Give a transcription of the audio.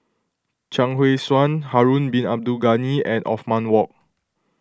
Chuang Hui Tsuan Harun Bin Abdul Ghani and Othman Wok